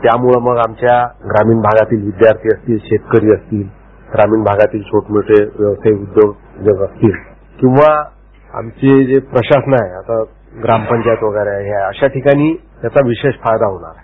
त्यामुळे आमच्या ग्रामीण भागातील विद्यार्थी असतील शेतकरी असतीलग्रामीण भागातील मोठे व्यवसाय उद्योग असतील किंवा आमचे जे प्रशासन आहे ग्रामपंचायत वगैरे अशा ठिकाणी याचा विशेष फायदा होणार आहे